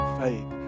faith